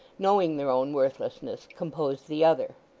knowing their own worthlessness, compose the other.